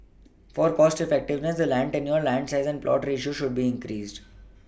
for cost effectiveness the land Danial land size and plot ratio should be increased